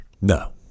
No